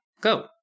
go